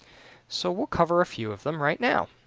so we'll cover a few of them right now.